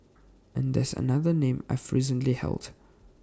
and that's another name I've recently held